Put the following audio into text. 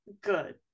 good